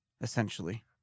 essentially